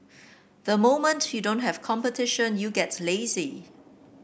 the moment you don't have competition you get lazy